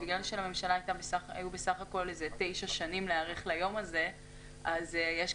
בגלל שלממשלה היו בסך הכול תשע שנים להיערך ליום הזה אז יש,